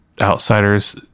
Outsiders